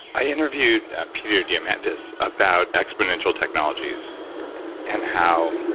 i interviewed peter diamandis about exponential technologies and how